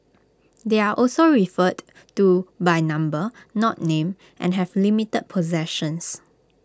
they are also referred to by number not name and have limited possessions